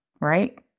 right